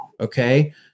okay